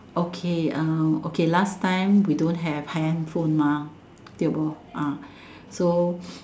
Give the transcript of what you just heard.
okay uh okay last time we don't have handphone mah tio bo uh so